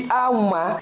auma